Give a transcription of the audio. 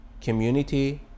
Community